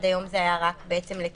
שזה היה עד היום רק לקטינים,